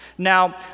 Now